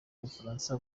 ubufaransa